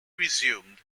resumed